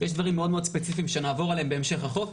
יש דברים מאוד ספציפיים שנעבור עליהם בהמשך החוק.